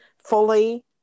fully